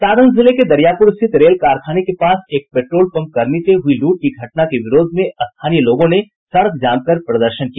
सारण जिले के दरियापुर स्थित रेल कारखाने के पास एक पेट्रोल पम्प कर्मी से हुई लूट की घटना के विरोध में स्थानीय लोगों ने सड़क जाम कर प्रदर्शन किया